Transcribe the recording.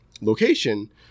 location